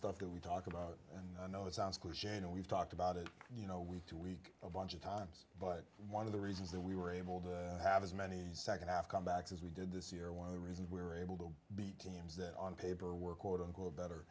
stuff that we talk about and i know it sounds cliche and we've talked about it you know week to week a bunch of times but one of the reasons that we were able to have as many nd half comebacks as we did this year one of the reasons we were able to beat teams that on paper were quote unquote better